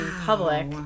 public